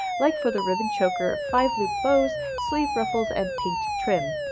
like for the ribbon choker, five-loop bows, sleeve ruffles, and pinked trim.